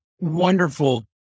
wonderful